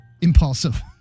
impulsive